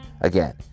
Again